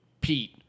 Pete